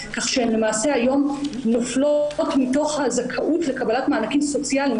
כך שהן למעשה היום נופלות מתוך הזכאות לקבלת מענקים סוציאליים.